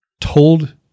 told